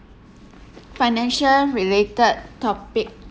financial related topic